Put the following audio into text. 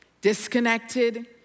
disconnected